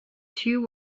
two